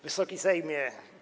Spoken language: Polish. Wysoki Sejmie!